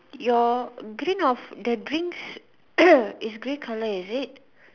your green of the drinks is grey colour is it